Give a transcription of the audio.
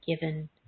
given